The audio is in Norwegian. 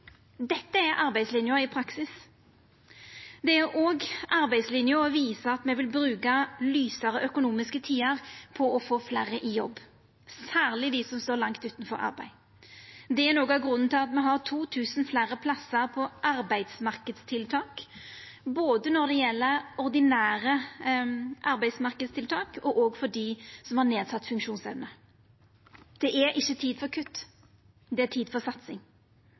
Dette er arbeidslinja i praksis. Det er òg arbeidslinja å visa at me vil bruka lysare økonomiske tider til å få fleire i jobb, særleg dei som står langt utanfor arbeid. Det er noko av grunnen til at me har 2 000 fleire plassar på arbeidsmarknadstiltak når det gjeld både ordinære arbeidsmarknadstiltak og tiltak for dei som har nedsett funksjonsevne. Det er ikkje tid for kutt, det er tid for satsing.